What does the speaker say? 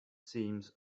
seems